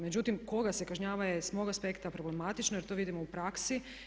Međutim, koga se kažnjava je s mog aspekta problematično jer to vidimo u praksi.